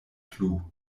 plu